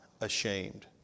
ashamed